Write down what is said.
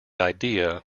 idea